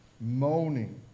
moaning